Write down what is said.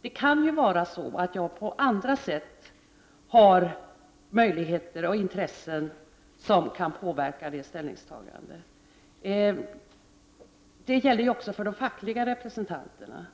Det kan ju vara så att jag på andra sätt har möjligheter och intressen som kan påverka ett ställningstagande. Detta gäller ju också för de fackliga representanterna.